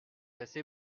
assez